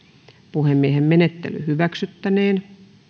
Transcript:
puhemiehen menettely hyväksyttäneen